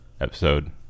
episode